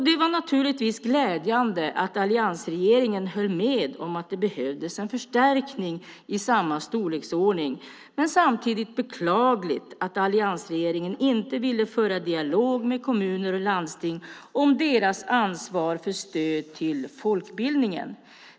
Det var naturligtvis glädjande att alliansregeringen höll med om att det behövdes en förstärkning i samma storleksordning men samtidigt beklagligt att alliansregeringen inte ville föra dialog med kommuner och landsting om deras ansvar för stöd till folkbildningen.